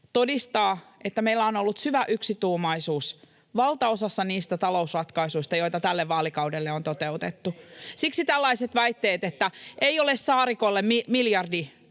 todistaa, että meillä on ollut syvä yksituumaisuus valtaosassa niistä talousratkaisuista, joita tälle vaalikaudelle on toteutettu. Siksi tällaiset väitteet, että ei ole Saarikolle miljardi